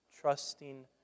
trusting